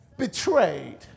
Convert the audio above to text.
Betrayed